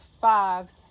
five